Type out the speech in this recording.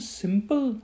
simple